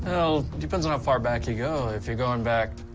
well, depends on how far back you go. if you're going back,